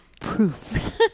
proof